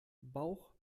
bauch